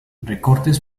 recortes